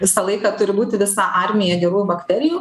visą laiką turi būti visa armija gerųjų bakterijų